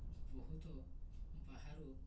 ବହୁତ ବାହାରୁ